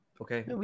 Okay